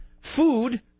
Food